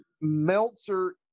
Meltzer